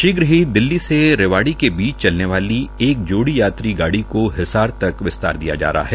शीध ही दिल्ली से रेवाड़ी के बीच चलने वाली एक जोड़ी यात्री गाड़ी को हिसार तक विस्तार किया जा रहा है